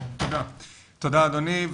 תודה אדוני.